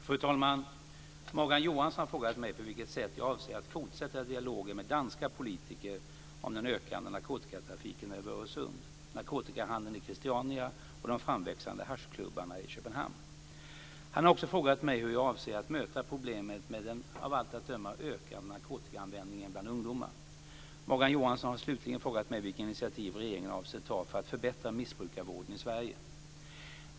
Fru talman! Morgan Johansson har frågat mig på vilket sätt jag avser att fortsätta dialogen med danska politiker om den ökande narkotikatrafiken över Öresund, narkotikahandeln i Christiania och de framväxande haschklubbarna i Köpenhamn. Han har också frågat mig hur jag avser att möta problemet med den av allt att döma ökande narkotikaanvändningen bland ungdomar. Morgan Johansson har slutligen frågat mig vilka initiativ regeringen avser att ta för att förbättra missbrukarvården i Sverige.